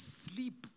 sleep